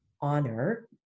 honor